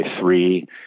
three